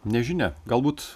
nežinia galbūt